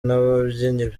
n’ababyinnyi